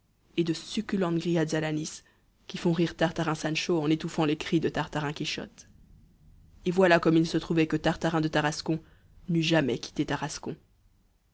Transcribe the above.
et de succulentes grillades à l'anis qui font rire tartarin sancho en étouffant les cris de tartarin quichotte et voilà comme il se trouvait que tartarin de tarascon n'eût jamais quitté tarascon